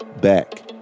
back